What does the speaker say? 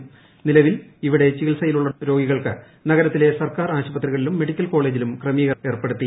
ന്നീല്വിൽ ഇവിടെ ചികിത്സയിലുള്ള രോഗികൾക്ക് നഗരത്തിലെ ്സ്ർക്കാർ ആശുപത്രികളിലും മെഡിക്കൽകോളേജിലും ക്രുമീകരണം ഏർപ്പെടുത്തി